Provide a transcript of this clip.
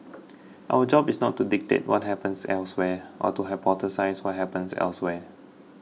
our job is not to dictate what happens elsewhere or to hypothesise what happens elsewhere